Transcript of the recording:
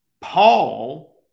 Paul